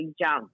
jump